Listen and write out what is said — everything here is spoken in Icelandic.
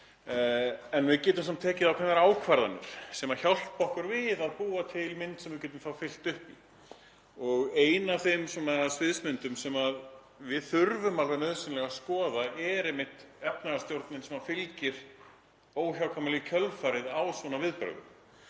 en við getum samt tekið ákveðnar ákvarðanir sem hjálpa okkur að búa til mynd sem við getum þá fyllt upp í. Ein af þeim sviðsmyndum sem við þurfum alveg nauðsynlega að skoða er einmitt efnahagsstjórnin sem fylgir óhjákvæmilega í kjölfarið á viðbrögðum.